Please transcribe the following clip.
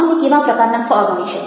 આપણને કેવા પ્રકારના ફળ મળી શકે